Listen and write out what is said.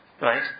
right